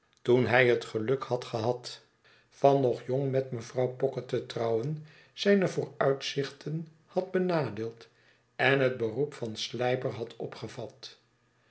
toen hij het geluk had gehad van nog jong met mevrouw pocket te trouwen zijne vooruitzichten had benadeeld en het beroep van slijper had opgevat